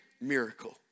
miracle